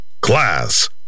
Class